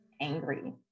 angry